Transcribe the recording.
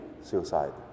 suicide